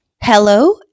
hello